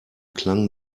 klang